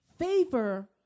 Favor